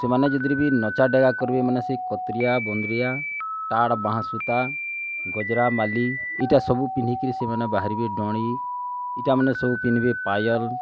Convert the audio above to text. ସେମାନେ ଯଦିରେ ବି ନଚାଡ଼େଗା କରିବେ ମାନେ ସେ କତରିଆ ବନ୍ଦରୀଆ ଟାଡ଼ ବାଁସୁତା ଗଜରା ମାଲୀ ଏଇଟା ସବୁ ପିନ୍ଧିକିରି ସେମାନେ ବାହାରିବେ ଡ଼ଣି ଇଟାମନେ ସବୁ ପିନ୍ଧିବେ ପାୟଲ୍